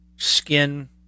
skin